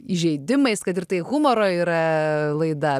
įžeidimais kad ir tai humoro yra laida